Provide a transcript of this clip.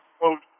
quote